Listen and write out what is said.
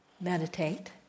meditate